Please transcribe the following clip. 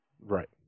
Right